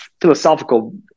philosophical